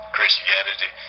Christianity